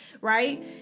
right